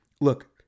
Look